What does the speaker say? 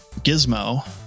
Gizmo